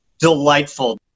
delightful